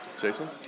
Jason